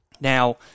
Now